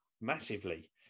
massively